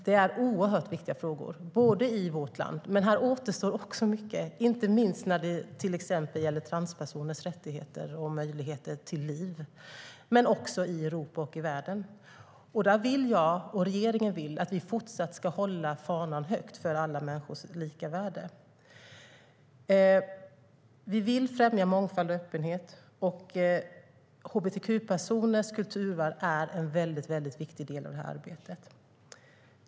Det är oerhört viktiga frågor, i vårt land - men här återstår också mycket att göra, inte minst när det gäller exempelvis transpersoners rättigheter och möjligheter till liv - men också i Europa och världen. Jag och regeringen vill hålla fanan för alla människors lika värde högt även i fortsättningen. Vi vill främja mångfald och öppenhet. Och hbtq-personers kulturvärld är en väldigt viktig del av det arbetet.